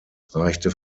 reichte